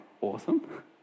awesome